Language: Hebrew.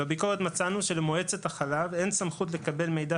בביקורת מצאנו שלמועצת החלב אין סמכות לקבל מידע